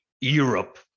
europe